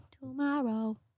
tomorrow